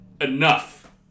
Enough